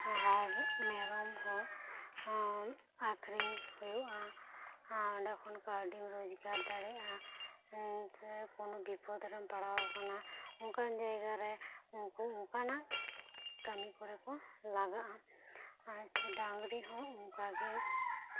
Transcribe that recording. ᱟᱨ ᱢᱮᱨᱚᱢ ᱦᱚ ᱟᱠᱷᱨᱤᱧ ᱦᱩᱭᱩᱜᱼᱟ ᱟᱨ ᱚᱸᱰᱮ ᱠᱷᱚᱱ ᱠᱟᱹᱣᱲᱤ ᱨᱚᱡᱽᱜᱟᱨ ᱫᱟᱲᱮᱭᱟᱜᱼᱟ ᱡᱮ ᱠᱚᱱᱚ ᱵᱤᱯᱚᱛ ᱨᱮᱢ ᱯᱟᱲᱟᱣ ᱟᱠᱟᱱᱟ ᱚᱱᱠᱟᱱ ᱡᱟᱭᱜᱟ ᱨᱮ ᱩᱱᱠᱩ ᱚᱱᱠᱟᱱᱟᱜ ᱠᱟᱹᱢᱤ ᱨᱮ ᱠᱚ ᱞᱟᱜᱟᱜ ᱟ ᱟᱨ ᱰᱟᱝᱨᱤ ᱦᱚᱸ ᱚᱱᱠᱟ ᱜᱤ